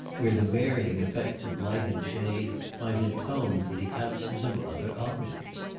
where the varying effects of light and shade might atone for the absence of other objects.